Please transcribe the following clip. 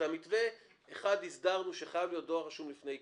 מתווה אחד הסדרנו שחייב להיות דואר רשום לפני עיקול.